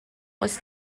was